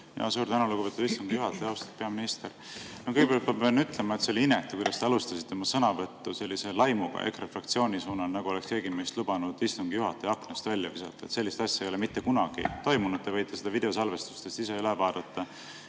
meil. Suur tänu, lugupeetud istungi juhataja! Austatud peaminister! Kõigepealt ma pean ütlema, et see oli inetu, kuidas te alustasite oma sõnavõttu sellise laimuga EKRE fraktsiooni suunal, nagu oleks keegi meist lubanud istungi juhataja aknast välja visata. Sellist asja ei ole mitte kunagi toimunud. Te võite seda videosalvestistest ise üle vaadata.